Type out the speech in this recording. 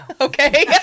Okay